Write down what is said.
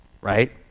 right